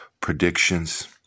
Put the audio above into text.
predictions